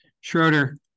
Schroeder